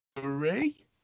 three